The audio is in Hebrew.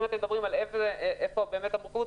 אם אתם שואלים איפה המורכבות,